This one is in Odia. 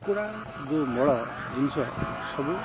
କୁକୁଡ଼ା ଯେଉଁ ମଳ ଜିନିଷ ସବୁ